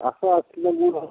ଆସ ଆସିଲ ମୁୁଁ